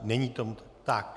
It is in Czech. Není tomu tak.